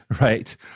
right